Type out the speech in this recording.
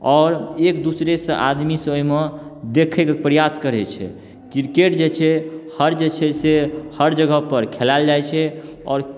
आओर एक दूसरेसँ आदमी सब ओहिमे देखैके प्रयास करैत छै क्रिकेट जे छै हर जे छै से हर जगह पर खेलाएल जाइत छै आओर